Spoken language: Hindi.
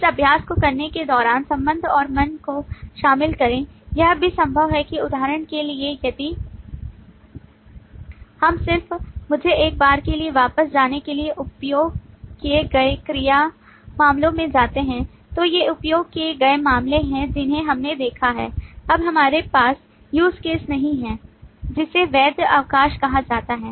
इस अभ्यास को करने के दौरान संबंध और मन को शामिल करें यह भी संभव है कि उदाहरण के लिए यदि हम सिर्फ मुझे एक बार के लिए वापस जाने के लिए उपयोग किए गए क्रिया मामलों में जाते हैं तो ये उपयोग किए गए मामले हैं जिन्हें हमने देखा है अब इसमें हमारे पास use case नहीं है जिसे वैध अवकाश कहा जाता है